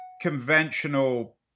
conventional